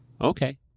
Okay